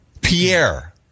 Pierre